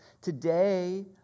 Today